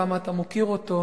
כמה אתה מוקיר אותו,